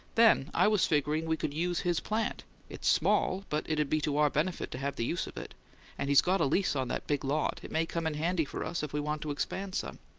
then i was figuring we could use his plant it's small, but it'd be to our benefit to have the use of it and he's got a lease on that big lot it may come in handy for us if we want to expand some.